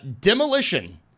demolition